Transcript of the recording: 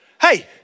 Hey